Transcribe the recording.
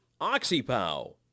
OxyPow